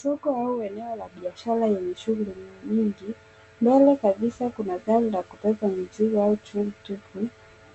Soko au eneo la biashara lenye shughuli nyingi. Mbele kabisa kuna gari la kubeba mizigo au troli tupu